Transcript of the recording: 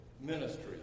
ministry